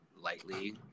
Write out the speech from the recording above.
lightly